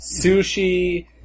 sushi